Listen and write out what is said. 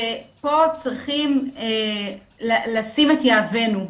ופה צריכים לשים את יהבנו.